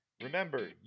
Remember